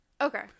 Okay